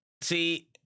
See